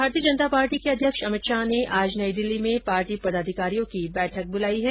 भारतीय जनता पार्टी के अध्यक्ष अमित शाह ने आज नई दिल्ली में पार्टी पदाधिकारियों की बैठक बुलाई है